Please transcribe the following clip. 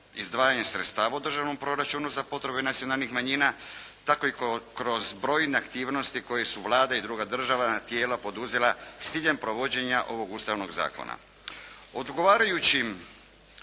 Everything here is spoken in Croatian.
izdvajanje sredstava u državnom proračunu za potrebe nacionalnih manjina tako i kroz brojne aktivnosti koje su Vladina i druga državna tijela poduzela s ciljem provođenja ovog Ustavnog zakona. Odgovarajućim